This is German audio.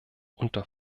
unter